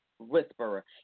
whisperer